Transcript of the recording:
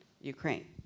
Ukraine